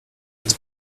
its